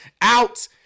out